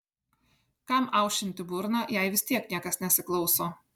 kam aušinti burną jei vis tiek niekas nesiklauso